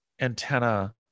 antenna